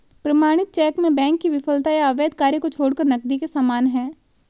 प्रमाणित चेक में बैंक की विफलता या अवैध कार्य को छोड़कर नकदी के समान है